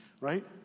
right